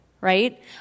right